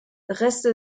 reste